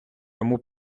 йому